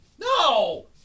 No